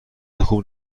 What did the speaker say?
خوب